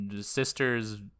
sister's